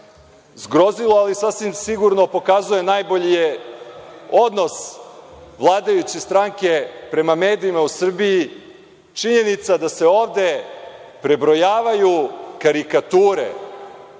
zgrozilo, sasvim sigurno pokazuje najbolji odnos vladajuće stranke prema medijima u Srbiji. činjenica da se ovde prebrojavaju karikature.